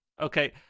Okay